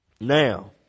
Now